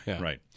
Right